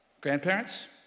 grandparents